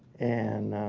and